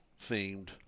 themed